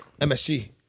msg